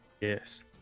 Yes